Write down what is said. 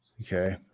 okay